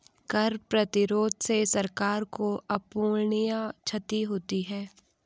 कर प्रतिरोध से सरकार को अपूरणीय क्षति होती है